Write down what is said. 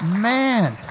Man